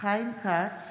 חיים כץ,